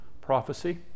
prophecy